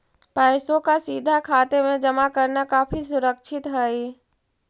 पैसों का सीधा खाते में जमा करना काफी सुरक्षित हई